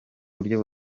buryo